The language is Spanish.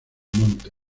monte